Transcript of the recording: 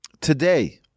today